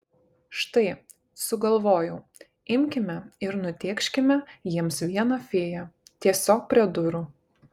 štai sugalvojau imkime ir nutėkškime jiems vieną fėją tiesiog prie durų